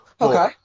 Okay